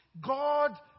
God